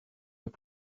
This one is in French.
est